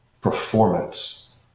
performance